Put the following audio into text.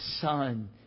Son